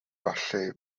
falle